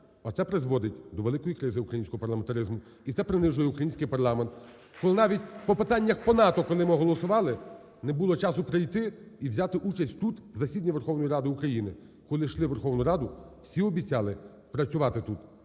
оце призводить до великої кризи українського парламентаризму і це принижує український парламент. Коли навіть по питаннях по НАТО, коли ми голосували, не було часу прийти і взяти участь тут в засіданні Верховної Ради України. Коли йшли в Верховну Раду, всі обіцяли працювати тут,